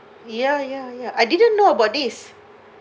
ya ya ya I didn't know about this